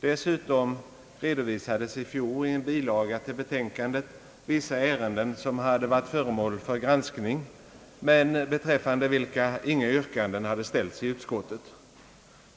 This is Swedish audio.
Dessutom redovisades i fjol i en bilaga till betänkandet vissa ärenden som hade varit föremål för granskning men beträffande vilka inga yrkanden hade ställts i utskottet.